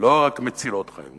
שלא רק מצילות חיים,